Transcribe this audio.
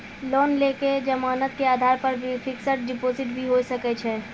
Loan के लेल जमानत के आधार पर फिक्स्ड डिपोजिट भी होय सके छै?